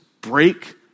break